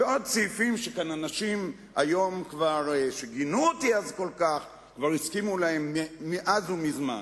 ועוד סעיפים שאנשים שגינו אותי אז כל כך כאן כבר הסכימו להם מאז מזמן.